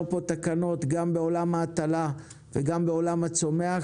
פה תקנות גם בעולם ההטלה וגם בעולם הצומח,